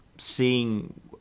Seeing